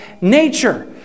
nature